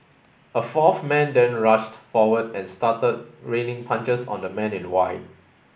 a fourth man then rushed forward and started raining punches on the man in white